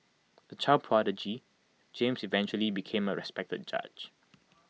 A child prodigy James eventually became A respected judge